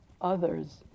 others